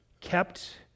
kept